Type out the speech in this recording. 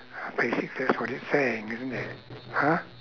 basically that's what it's saying isn't it !huh!